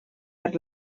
per